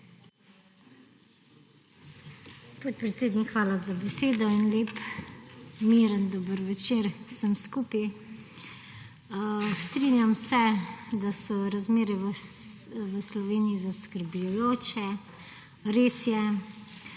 Podpredsednik, hvala za besedo. Lep miren dober večer vsem skupaj! Strinjam se, da so razmere v Sloveniji zaskrbljujoče. Res je,